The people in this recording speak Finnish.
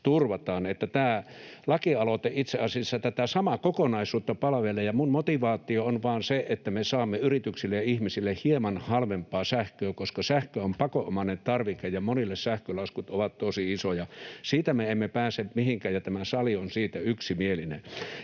Tämä lakialoite palvelee itse asiassa tätä samaa kokonaisuutta. Minun motivaationi on vain se, että me saamme yrityksille ja ihmisille hieman halvempaa sähköä, koska sähkö on pakonomainen tarvike ja monille sähkölaskut ja varsinkin sähkön siirtohinnat ovat tosi isoja — siitä me emme pääse mihinkään, ja tämä sali on siitä yksimielinen.